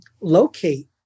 locate